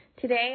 Today